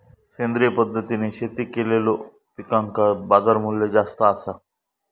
सेंद्रिय पद्धतीने शेती केलेलो पिकांका बाजारमूल्य जास्त आसा